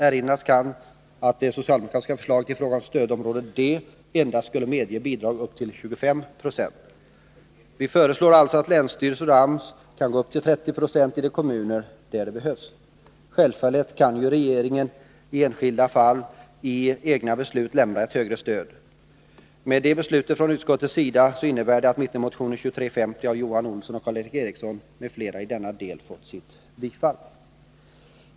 Erinras kan att det socialdemokratiska förslaget i fråga om stödområde D endast skulle medge bidrag upp till 25 96. Vi föreslår alltså att länsstyrelser och AMS skall kunna gå upp till 30 26 i de kommuner där det behövs. Självfallet kan regeringen i enskilda fall i egna beslut lämna ett högre stöd. Det förslaget från utskottets sida innebär att mittenmotionen 2350 av Johan Olsson och Karl Erik Eriksson m.fl. i denna del tillstyrks.